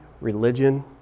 religion